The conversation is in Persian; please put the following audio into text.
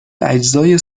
اجزای